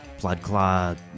Bloodclaw